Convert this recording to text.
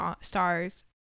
stars